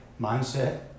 mindset